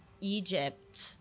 Egypt